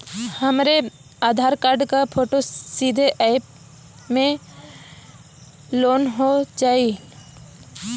हमरे आधार कार्ड क फोटो सीधे यैप में लोनहो जाई?